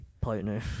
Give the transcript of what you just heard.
partner